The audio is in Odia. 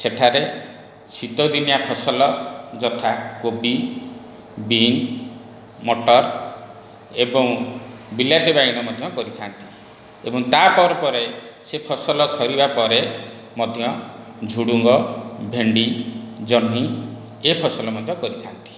ସେଠାରେ ଶୀତ ଦିନିଆ ଫସଲ ଯଥା କୋବି ବିନ୍ ମଟର୍ ଏବଂ ବିଲାତି ବାଇଗଣ ମଧ୍ୟ କରିଥାନ୍ତି ଏବଂ ତା' ପରେ ପରେ ସେ ଫସଲ ସରିବା ପରେ ମଧ୍ୟ ଝୁଡ଼ୁଙ୍ଗ ଭେଣ୍ଡି ଜହ୍ନି ଏ ଫସଲ ମଧ୍ୟ କରିଥାନ୍ତି